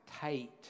tight